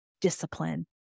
discipline